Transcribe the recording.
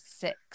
six